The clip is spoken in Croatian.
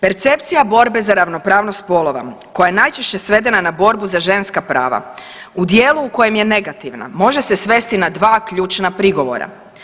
Percepcija borbe za ravnopravnost spolova koja je najčešće svedena na borbu za ženska prava u dijelu u kojem je negativna može se svesti na dva ključna prigovora.